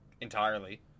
entirely